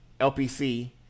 LPC